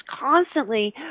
constantly